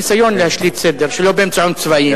ניסיון להשליט סדר, שלא באמצעים צבאיים.